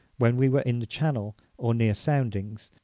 when we were in the channel, or near soundings,